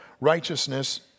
Righteousness